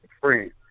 friends